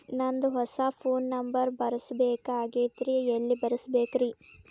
ನಂದ ಹೊಸಾ phone number ಬರಸಬೇಕ್ ಆಗೈತ್ರಿ ಎಲ್ಲೆ ಬರಸ್ಬೇಕ್ರಿ?